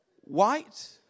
White